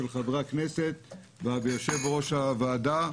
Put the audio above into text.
של חברי הכנסת ויושב ראש הוועדה,